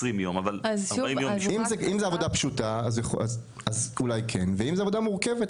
אם זו עבודה פשוטה אז אולי כן ואם זו עבודה מורכבת,